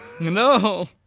No